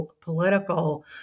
political